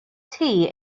tea